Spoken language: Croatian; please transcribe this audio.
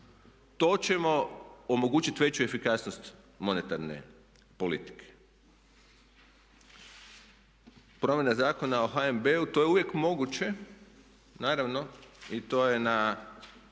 to ćemo omogućiti veću efikasnost monetarne politike. Promjena Zakona o HNB-u to je uvijek moguće naravno i to je na